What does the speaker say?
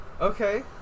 Okay